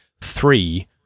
three